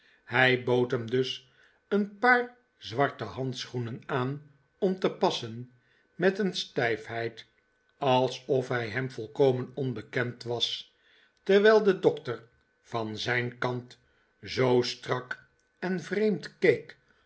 hij bood hem dus een paar zwarte handschoenen aan om te passen met een stijfheid alsof hij hem volkomen onbekend was terwijl de dokter van zijn kant zoo strak en vreemd